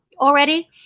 already